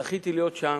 זכיתי להיות שם.